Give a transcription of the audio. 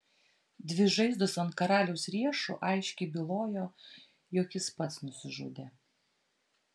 dvi žaizdos ant karaliaus riešų aiškiai bylojo jog jis pats nusižudė